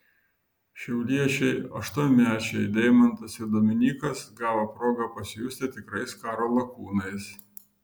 šiauliečiai aštuonmečiai deimantas ir dominykas gavo progą pasijusti tikrais karo lakūnais